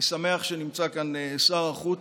אני שמח שנמצא כאן שר החוץ.